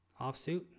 offsuit